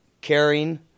caring